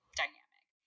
dynamic